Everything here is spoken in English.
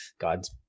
God's